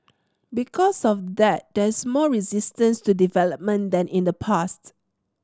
because of that there's more resistance to development than in the pasts